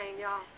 y'all